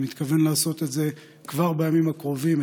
אני מתכוון לעשות את זה כבר בימים הקרובים.